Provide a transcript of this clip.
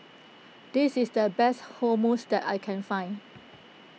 this is the best Hummus that I can find